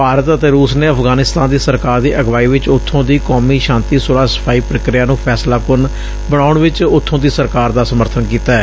ਭਾਰਤ ਅਤੇ ਰੁਸ ਨੇ ਅਫ਼ਗਾਨਿਸਤਾਨ ਦੀ ਸਰਕਾਰ ਦੀ ਅਗਵਾਈ ਵਿਚ ਉਥੋਂ ਦੀ ਕੌਮੀ ਸ਼ਾਂਤੀ ਸੁਲ਼ਾ ਸਫਾਈ ਪ੍ਕਿਰਿਆ ਨੂੰ ਫੈਸਲਾਕੁੰਨ ਬਣਾਉਣ ਵਿਚ ਉਥੋਂ ਦੀ ਸਰਕਾਰ ਦਾ ਸਮਰਥਨ ਕੀਤੈ